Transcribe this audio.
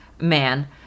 man